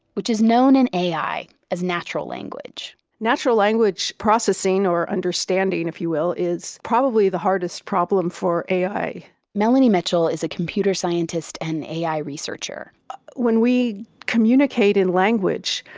which is known in ai as natural language natural language processing or understanding if you will, is probably the hardest problem for ai melanie mitchell is a computer scientist and ai researcher when we communicate in language,